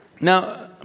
Now